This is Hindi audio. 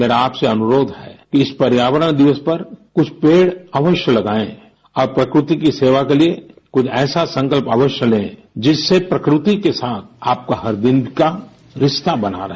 मेरा आपसे अनुरोध है कि इस पर्यावरण दिवस पर कुछ पेड़ अवश्य लगाएं और प्रकृति की सेवा के लिए कुछ ऐसा संकल्प अवश्य लें जिससे प्रकृति के साथ आपका हर दिन का रिश्ता बना रहे